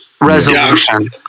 resolution